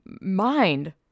mind